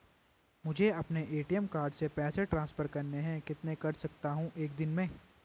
मुझे अपने ATM card से पैसे ट्रांसफर करने हैं कितने कर सकता हूँ एक दिन में?